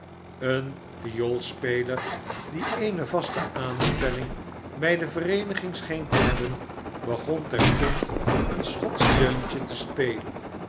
een vioolspeler r die eene vaste aanstelling bij de vereeniging scheen te hebben begon terstond een schotsch deuntje te spelen